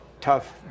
tough